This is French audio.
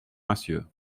massieux